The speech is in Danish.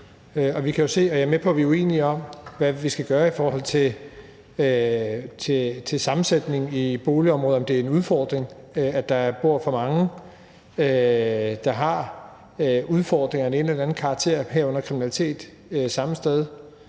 Jeg er med på, at vi er uenige om, hvad vi skal gøre i forhold til sammensætningen i boligområderne, altså om det er en udfordring, at der bor for mange, der har udfordringer af den ene eller anden karakter, herunder kriminalitet, samme sted.